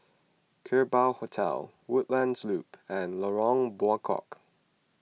Kerbau Hotel Woodlands Loop and Lorong Buangkok